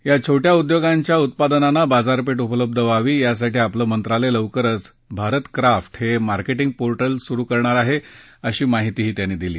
यो छोटया उदयोगांच्या उत्पादनांना बाजारपेठ उपलब्ध व्हावी यासाठी आपलं मंत्रालय लवकरच भारत क्राफ्ट हे मार्केटिग पोर्टल सुरू करणार आहे अशी माहिती त्यांनी दिली